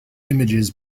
images